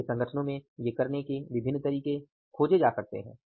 आपके संगठनो में ये करने के विभिन्न तरीके खोजे जा सकते हैं